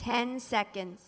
ten seconds